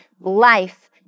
life